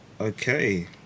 okay